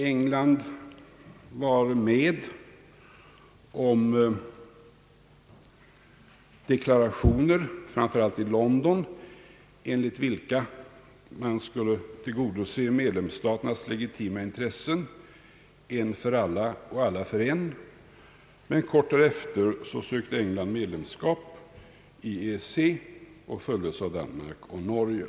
England var med om deklarationer, framför allt i London, enligt vilka man skulle tillgodose 'medlemsstaternas legitima intressen en för alla och alla för en. Men kort därefter sökte England medlemskap i EEC och följdes av Danmark och Norge.